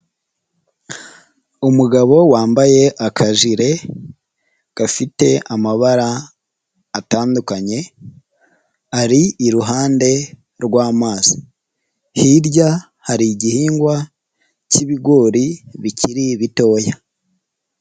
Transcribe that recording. Umugabo wambaye akajire gafite amabara atandukanye, ari iruhande rwamazi. Hirya hari igihingwa cy'ibigori bikiri bitoya.